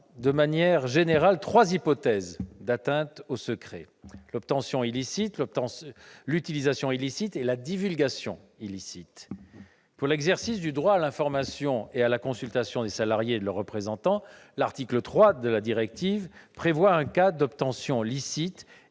de manière générale, trois hypothèses d'atteinte au secret : l'obtention illicite, l'utilisation illicite et la divulgation illicite. Pour l'exercice du droit à l'information et à la consultation des salariés et de leurs représentants, l'article 3 de la directive prévoit un cas d'obtention licite,